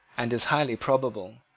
and is highly probable,